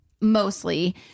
mostly